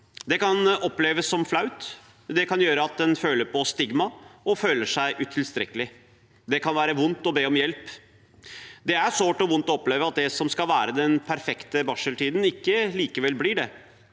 Det kan oppleves som flaut. Det kan gjøre at en føler på stigma og føler seg utilstrekkelig. Det kan være vondt å be om hjelp. Det er sårt og vondt å oppleve at det som skal være den perfekte barseltiden, likevel ikke blir det.